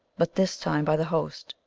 but this time by the host,